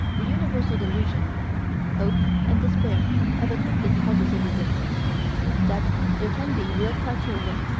the universal delusion hope and despair of attempted positivism that there can be real criteria,